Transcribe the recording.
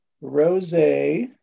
Rose